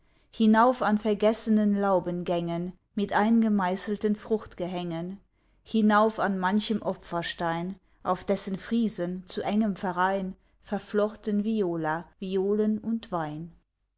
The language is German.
hinauf an vergessenen laubengängen mit eingemeißelten fruchtgehängen hinauf an manchem opferstein auf dessen friesen zu engem verein verflochten viola violen und wein